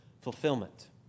fulfillment